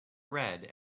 red